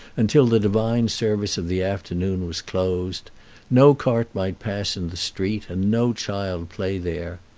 until the divine service of the afternoon was closed no cart might pass in the street, and no child play there.